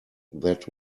that